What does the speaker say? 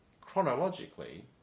chronologically